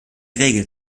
regel